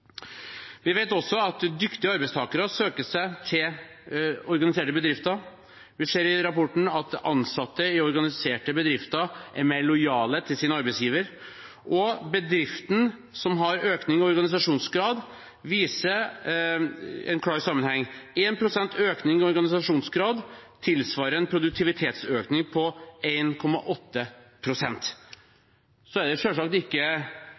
Vi vet også at dyktige arbeidstakere søker seg til organiserte bedrifter. Vi ser i rapporten at ansatte i organiserte bedrifter er mer lojale overfor sin arbeidsgiver. Bedrifter som har en økning i organisasjonsgrad, viser en klar sammenheng: 1 pst. økning i organisasjonsgrad tilsvarer en produktivitetsøkning på 1,8 pst. Det er selvsagt ikke fordi de vil skade næringslivet at høyresiden svekker fagforeningsfradraget. Det